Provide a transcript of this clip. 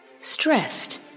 stressed